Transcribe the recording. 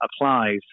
applies